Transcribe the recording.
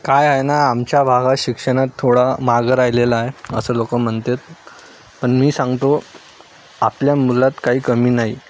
काय आहे ना आमच्या भागात शिक्षणात थोडा मागं राहिलेला आहे असं लोक म्हणतात पण मी सांगतो आपल्या मुलात काही कमी नाही